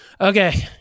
Okay